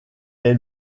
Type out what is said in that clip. est